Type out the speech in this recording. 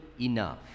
enough